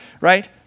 right